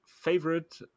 favorite